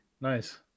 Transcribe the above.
Nice